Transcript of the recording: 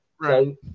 Right